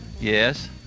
Yes